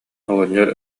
оҕонньор